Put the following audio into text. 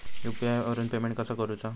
UPI वरून payment कसा करूचा?